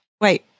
Wait